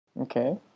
Okay